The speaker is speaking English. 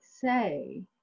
say